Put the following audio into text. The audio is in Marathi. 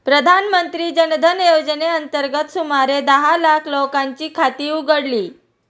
प्रधानमंत्री जन धन योजनेअंतर्गत सुमारे दहा लाख लोकांची खाती उघडली